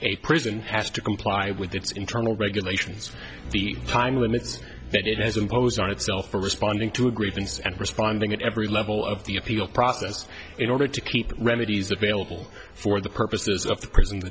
a prison has to comply with its internal regulations the time limits that it has imposed on itself for responding to a grievance and responding at every level of the appeal process in order to keep remedies available for the purposes of the